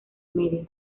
medio